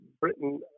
britain